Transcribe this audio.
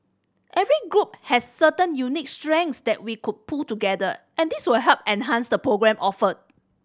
every group has certain unique strengths that we could pool together and this will help enhance the programme offered